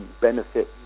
benefit